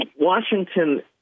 Washington